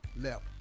left